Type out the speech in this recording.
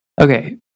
Okay